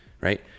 right